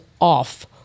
off